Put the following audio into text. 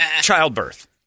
childbirth